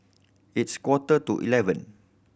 its quarter to eleven